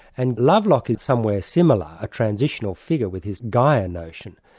and lovelock, in some way similar, a transitional figure with his gaia notion.